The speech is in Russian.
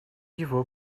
его